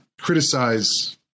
criticize